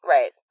Right